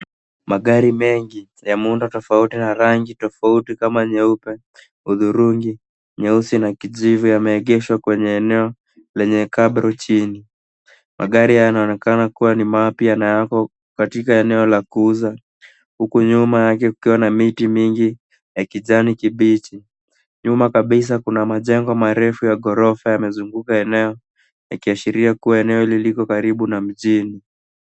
Magari mengi ya muundo tofauti na rangi tofauti kama nyeupe, udhurungi, nyeusi na kijivu yameegeshwa kwenye eneo lenye kabro chini. Magari haya yanaonekana kuwa ni mapya na yako katika eneo la kuuza huku nyuma yake kukiwa na miti mingi ya kijani kibichi. Nyuma kabisa kuna majengo marefu ya gorofa yamezunguka eneo yakiashiria kuwa eneo hili liko karibu na mjini.